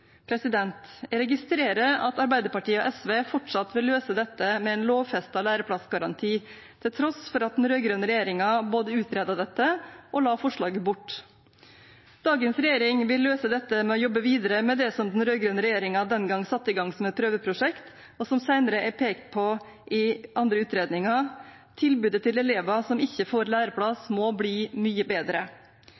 Jeg registrerer at Arbeiderpartiet og SV fortsatt vil løse dette med en lovfestet læreplassgaranti, til tross for at den rød-grønne regjeringen både utredet dette og la forslaget bort. Dagens regjering vil løse dette ved å jobbe videre med det som den rød-grønne regjeringen den gangen satte i gang som et prøveprosjekt, og som senere er pekt på i andre utredninger: Tilbudet til elever som ikke får læreplass,